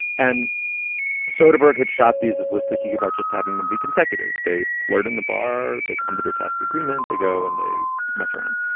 and soderbergh had shot these. it was thinking about just having them be consecutive. they flirt in the bar. they come to their tacit agreement. they go and they mess around.